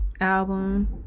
Album